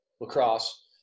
lacrosse